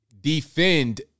Defend